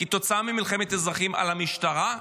כתוצאה ממלחמת אזרחים, על המשטרה?